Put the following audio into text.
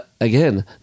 again